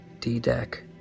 D-Deck